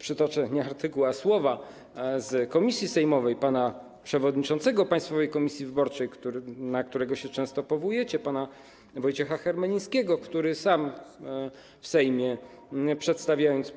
Przytoczę nie artykuł, ale słowa z posiedzenia komisji sejmowej pana przewodniczącego Państwowej Komisji Wyborczej, na którego się często powołujecie, pana Wojciecha Hermelińskiego, który sam w Sejmie, przedstawiając